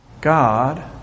God